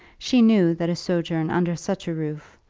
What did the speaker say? she knew that a sojourn under such a roof,